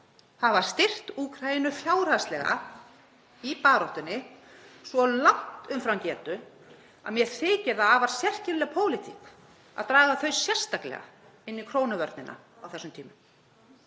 hafa styrkt Úkraínu fjárhagslega í baráttunni svo langt umfram getu að mér þykir afar sérkennileg pólitík að draga þau sérstaklega inn í krónuvörnina á þessum tímum.